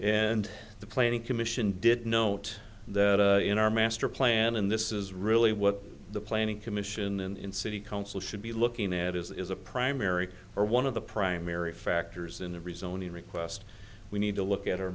and the planning commission did note that in our master plan and this is really what the planning commission and in city council should be looking at is a primary or one of the primary factors in the rezoning request we need to look at